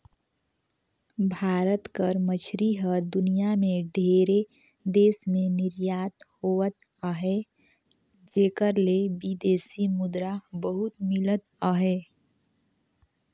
भारत कर मछरी हर दुनियां में ढेरे देस में निरयात होवत अहे जेकर ले बिदेसी मुद्रा बहुत मिलत अहे